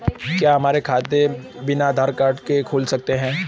क्या हमारा खाता बिना आधार कार्ड के खुल सकता है?